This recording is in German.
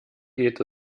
geht